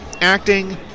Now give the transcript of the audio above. acting